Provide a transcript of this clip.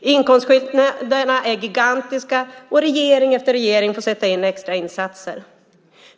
Inkomstskillnaderna är gigantiska, och regering efter regering får sätta in extra insatser.